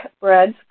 breads